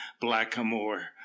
blackamoor